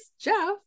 Jeff